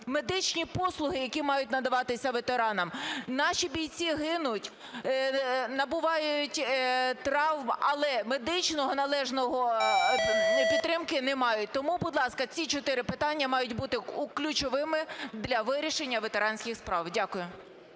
Медичні послуги, які мають надаватися ветеранам. Наші бійці гинуть, набувають травм, але медичного належного, підтримки, не мають. Тому, будь ласка, ці чотири питання мають бути ключовими для вирішення ветеранських справ. Дякую.